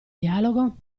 dialogo